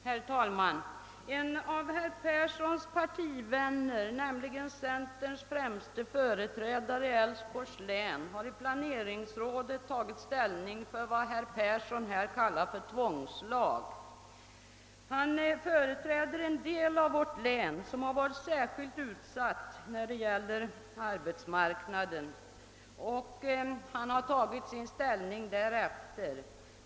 Herr talman! En av herr Perssons i Heden partivänner, centerns främste företrädare i Älvsborgs län, har i planeringsrådet tagit ställning för vad herr Persson här kallat för tvångslag. Han företräder den del av vårt län som har varit särskilt utsatt när det gäller svårigheter med sysselsättningen på arbetsmarknaden, och han har intagit sin ståndpunkt därefter.